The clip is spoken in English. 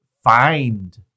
find